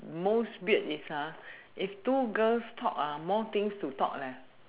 most weird is if two girls talk more things to talk leh